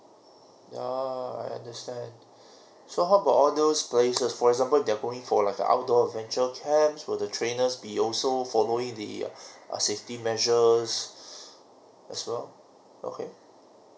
yeah I understand so how about all those places for example they're going for like outdoor adventure camp will the trainers be also following the uh safety measures as well okay